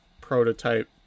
prototype